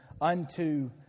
unto